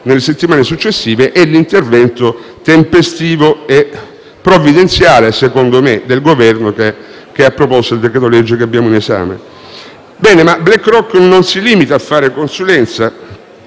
nelle settimane successive, e l'intervento tempestivo e provvidenziale, secondo me, del Governo, che ha proposto il decreto-legge in esame. BlackRock non si limita a fare consulenza